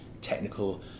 technical